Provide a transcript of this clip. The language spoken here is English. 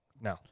No